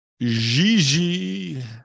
Gigi